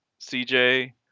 CJ